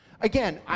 again